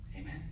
Amen